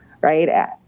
Right